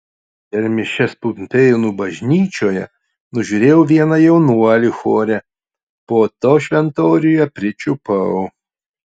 per mišias pumpėnų bažnyčioje nužiūrėjau vieną jaunuolį chore po to šventoriuje pričiupau